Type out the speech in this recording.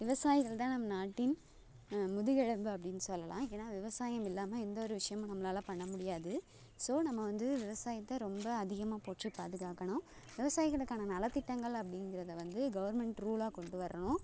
விவசாயிகள் தான் நம் நாட்டின் முதுகெலும்பு அப்படின்னு சொல்லலாம் ஏன்னால் விவசாயம் இல்லாமல் எந்த ஒரு விஷயமும் நம்மளால் பண்ண முடியாது ஸோ நம்ம வந்து விவசாயத்தை ரொம்ப அதிகமாக போற்றி பாதுகாக்கணும் விவசாயிகளுக்கான நலத்திட்டங்கள் அப்படிங்கறத வந்து கவர்மெண்ட் ரூலாக கொண்டு வரணும்